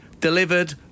delivered